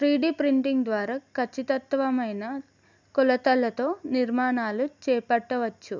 three D printing ద్వారా ఖచ్చితమైన కొలతలతో నిర్మాణాలు చేపట్టవచ్చు